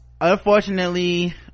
unfortunately